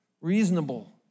reasonable